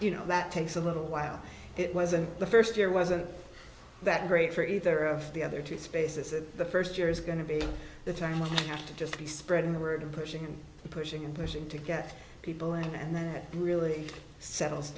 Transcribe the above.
you know that takes a little while it wasn't the first year wasn't that great for either of the other two spaces and the first year is going to be the time when you have to just be spreading the word and pushing and pushing and pushing to get people and that really settles